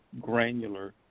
granular